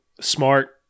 smart